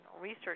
research